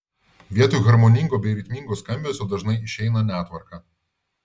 vietoj harmoningo bei ritmingo skambesio dažnai išeina netvarka